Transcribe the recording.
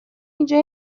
اینجا